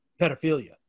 pedophilia